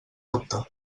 dubte